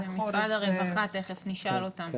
זה משרד הרווחה, תיכף נשאל אותם.